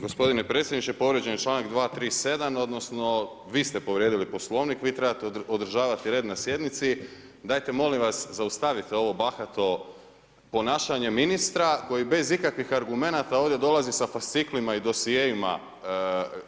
Gospodine predsjedniče, povrijeđen je članak 237. odnosno vi ste povrijedili Poslovnik, vi trebate održavati red na sjednici, dajte molim vas zaustavite ovo bahato ponašanje ministra koji bez ikakvih argumenata ovdje dolazi sa fasciklima i dosjeima